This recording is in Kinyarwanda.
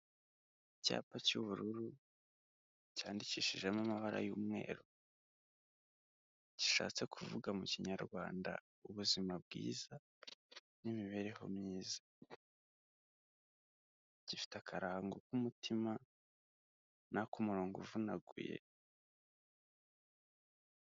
Icyapa cy'ubururu cyandikishijemo amabara y'umweru, gishatse kuvuga mu kinyarwanda ubuzima bwiza n'imibereho myiza, gifite akarango k'umutima n'ak'umurongo uvunaguye.